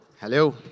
Hello